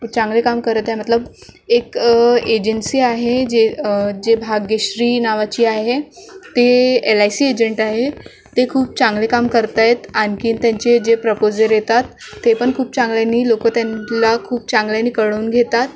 चांगले काम करत आहे मतलब एक एजन्सी आहे जे जे भाग्यश्री नावाची आहे ते एल आय सी एजंट आहे ते खूप चांगले काम करत आहेत आणखीन त्यांचे जे प्रपोजर येतात ते पण खूप चांगल्यानी लोकं त्यांना खूप चांगल्यानी कळून घेतात